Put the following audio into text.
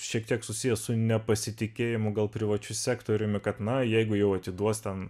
šiek tiek susiję su nepasitikėjimu gal privačiu sektoriumi kad na jeigu jau atiduos ten